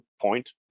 point